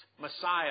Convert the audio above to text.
Messiah